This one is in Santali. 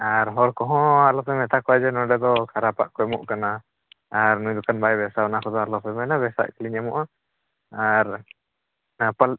ᱟᱨ ᱦᱚᱲ ᱠᱚᱦᱚᱸ ᱟᱞᱚᱯᱮ ᱢᱮᱛᱟ ᱠᱚᱣᱟ ᱡᱮ ᱱᱚᱰᱮ ᱫᱚ ᱠᱷᱟᱨᱟᱯᱟᱜ ᱠᱚ ᱮᱢᱚᱜ ᱠᱟᱱᱟ ᱟᱨ ᱱᱩᱭ ᱵᱟᱠᱷᱟᱱ ᱵᱟᱭ ᱵᱮᱥᱟ ᱚᱱᱟ ᱠᱚᱫᱚ ᱟᱞᱚᱯᱮ ᱢᱮᱱᱟ ᱵᱮᱥᱟᱜ ᱜᱮᱞᱤᱧ ᱮᱢᱚᱜᱼᱟ ᱟᱨ ᱦᱮᱸ ᱯᱟᱞ